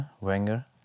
Wenger